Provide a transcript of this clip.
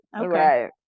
Right